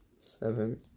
seven